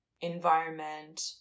environment